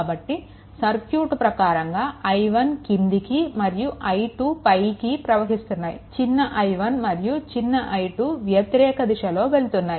కాబట్టి సర్క్యూట్ ప్రకారంగా i1 క్రిందికి మరియు i2 పైకి ప్రవహిస్తున్నాయి చిన్న i1 మరియు చిన్న i2 వ్యతిరేక దిశలలో వెళ్తున్నాయి